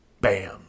bam